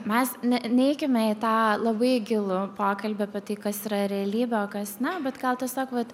mes ne neikime į tą labai gilų pokalbį apie tai kas yra realybė o kas ne bet gal tiesiog vat